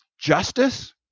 justice